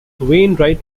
wainwright